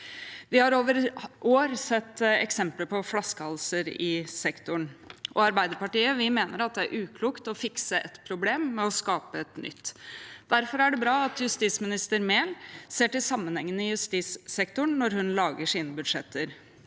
Vi har over år sett eksempler på flaskehalser i sektoren, og vi i Arbeiderpartiet mener at det er uklokt å fikse et problem med å skape et nytt. Derfor er det bra at justisminister Mehl ser til sammenhengene i justissektoren når hun lager sine budsjetter.